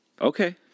Okay